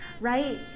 right